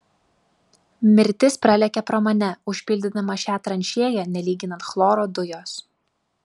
mirtis pralėkė pro mane užpildydama šią tranšėją nelyginant chloro dujos